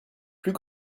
plus